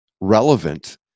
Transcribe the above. relevant